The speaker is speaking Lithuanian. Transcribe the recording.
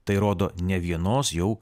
tai rodo ne vienos jau